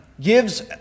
gives